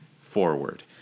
forward